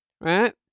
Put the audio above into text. right